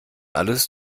alles